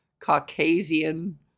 Caucasian